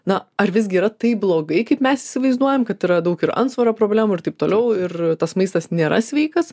na ar visgi yra taip blogai kaip mes įsivaizduojam kad yra daug ir antsvorio problemų ir taip toliau ir tas maistas nėra sveikas